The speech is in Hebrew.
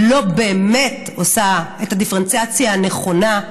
לא באמת עושה את הדיפרנציאציה הנכונה.